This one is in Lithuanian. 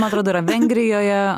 man atrodo yra vengrijoje